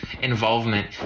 involvement